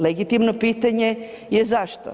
Legitimno pitanje je zašto?